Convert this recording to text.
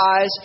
eyes